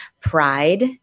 pride